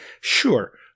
Sure